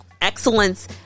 excellence